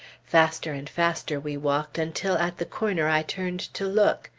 faster and faster we walked, until at the corner i turned to look.